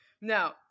Now